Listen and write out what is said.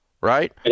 Right